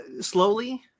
slowly